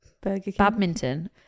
Badminton